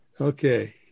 okay